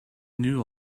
knew